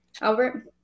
Albert